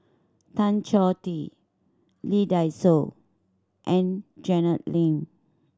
Tan Choh Tee Lee Dai Soh and Janet Lim